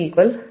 63